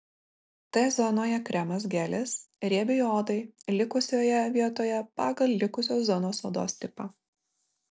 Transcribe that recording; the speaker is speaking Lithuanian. t zonoje kremas gelis riebiai odai likusioje vietoje pagal likusios zonos odos tipą